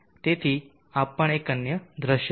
તેથી આ પણ અન્ય દ્રશ્ય છે